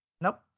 Nope